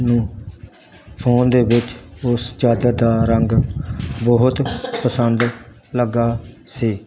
ਨੂੰ ਫੋਨ ਦੇ ਵਿੱਚ ਉਸ ਚਾਦਰ ਦਾ ਰੰਗ ਬਹੁਤ ਪਸੰਦ ਲੱਗਾ ਸੀ